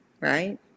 right